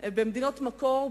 במדינות מקור,